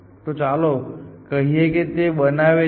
તો ચાલો કહીએ કે તે તેને બનાવે છે